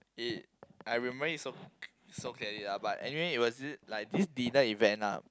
it I remember is so so clearly lah but anywhere it was it like this designed event lah